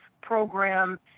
program